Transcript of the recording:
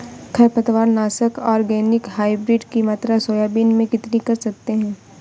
खरपतवार नाशक organic hybrid की मात्रा सोयाबीन में कितनी कर सकते हैं?